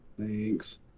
Thanks